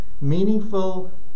meaningful